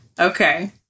Okay